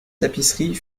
tapisseries